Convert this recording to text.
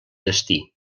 destí